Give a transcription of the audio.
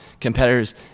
competitors